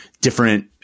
different